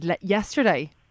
yesterday